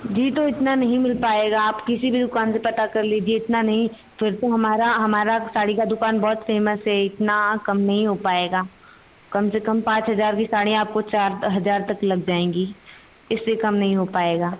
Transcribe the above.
जी तो इतना नहीं मिल पाएगा आप किसी भी दुकान से पता कर लीजिए इतना नहीं फिर तो हमारी हमारी साड़ी का दुकान बहुत फेमस है इतना कम नहीं हो पाएगा कम से कम पाँच हज़ार की साड़ी आपको चार हज़ार तक लग जाएगी इससे कम नहीं हो पाएगा